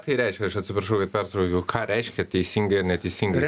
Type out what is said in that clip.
tai reiškia aš atsiprašau kad pertraukiau ką reiškia teisingai ar neteisingai